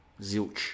Zilch